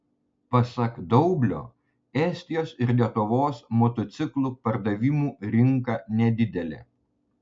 pasak daublio estijos ir lietuvos motociklų pardavimų rinka nedidelė